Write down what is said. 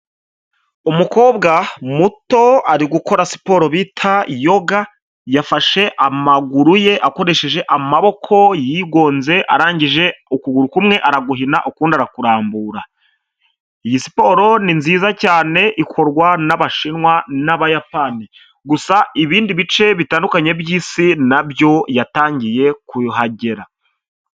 Umukobwa muto ari gukora siporo bita yoga, yafashe amaguru ye akoresheje amaboko, yigonze arangije ukuguru kumwe araguhina ukundi arakurambura. Iyi siporo ni nziza cyane, ikorwa n’abashinwa n’abayapani gusa ibindi bice bitandukanye by’isi nabyo yatangiye kuhagera.